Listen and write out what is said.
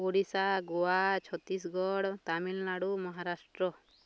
Odisha Goa Chhattisgarh Tamil Nadu Maharashtra